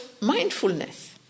mindfulness